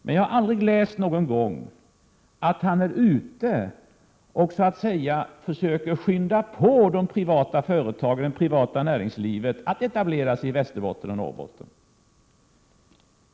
Men jag har aldrig läst någon gång att han är ute och försöker skynda på det privata näringslivet att etablera sig i Västerbotten och i Norrbotten.